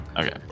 Okay